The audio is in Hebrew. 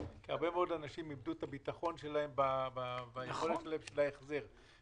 כי הרבה מאוד אנשים איבדו את הביטחון שלהם ביכולת ההחזר שלהם.